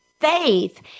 faith